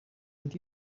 with